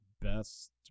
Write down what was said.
best